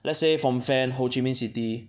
let's say from Phnom Penh Ho Chi Minh city